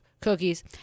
cookies